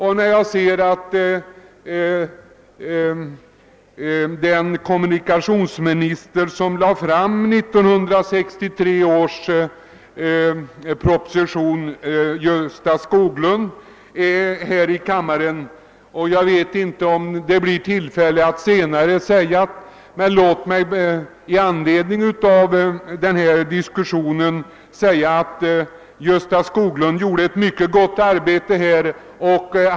Jag ser att Gösta Skoglund, vilken som kommunikationsminister lade fram 1963 års proposition om riktlinjer för trafikpolitiken, är inne i kammaren. Låt mig säga att Gösta Skoglund gjorde ett gott arbete.